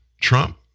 Trump